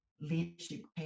leadership